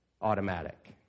automatic